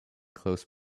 close